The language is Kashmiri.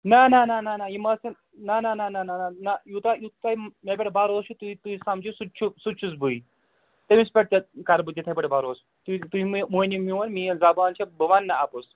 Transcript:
نہ نہ نہ نہ نہ یِم آسِن نہ نہ نہ نہ نہ نہ یوٗتاہ یُتھ تۄہہِ مےٚ پٮ۪ٹھ بَروسہٕ چھُ تُہۍ تُہۍ سَمجِو سُہ تہِ چھُ چھُس بٕے تٔمِس پٮ۪ٹھ تہِ کَرٕ بہٕ تِتھَے پٲٹھۍ بَروسہٕ تُہۍ تُہۍ مہٕ مٲنِو میون میٛٲنۍ زبان چھےٚ بہٕ وَنہٕ نہٕ اَپُز